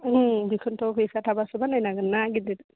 ओं बेखौनोथ' फैसा थाबासो बानायनो हागोन ना गिदिर